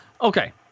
Okay